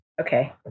Okay